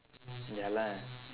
ya lah